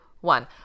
one